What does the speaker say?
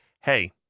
hey